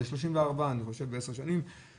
זה 34 בעשר שנים.